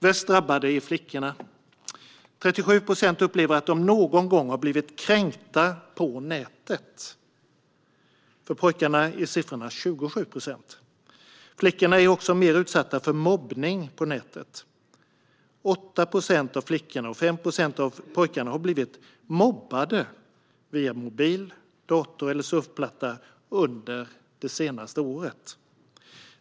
Värst drabbade är flickorna. 37 procent upplever att de någon gång har blivit kränkta på nätet. För pojkarna är siffran 27 procent. Flickorna är också mer utsatta för mobbning på nätet. 8 procent av flickorna och 5 procent av pojkarna har blivit mobbade via mobil, dator eller surfplatta under det senaste året.